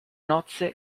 nozze